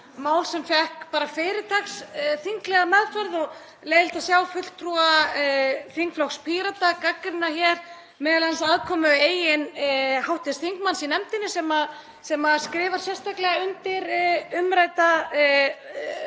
mál sem fékk bara fyrirtaks þinglega meðferð og leiðinlegt að sjá fulltrúa þingflokks Pírata gagnrýna hér m.a. aðkomu eigin hv. þingmanns í nefndinni sem skrifar sérstaklega undir umrædda